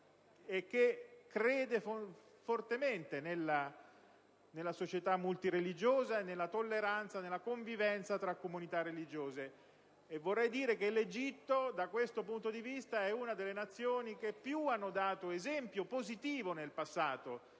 che crede fortemente nella società multireligiosa, nella tolleranza e nella convivenza tra le comunità religiose. L'Egitto, da questo punto di vista, è una delle Nazioni che più hanno dato esempio positivo nel passato